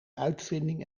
uitvinding